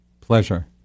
pleasure